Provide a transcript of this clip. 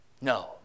No